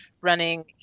running